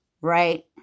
right